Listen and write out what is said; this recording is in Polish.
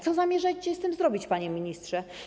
Co zamierzacie z tym zrobić, panie ministrze?